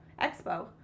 Expo